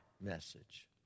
message